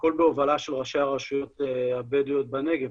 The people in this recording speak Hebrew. והכול בהובלה של ראשי הרשויות הבדואיות בנגב,